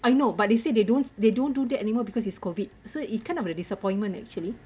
I know but they say they don't they don't do that anymore because it's COVID so it kind of the disappointment actually